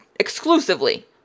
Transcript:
exclusively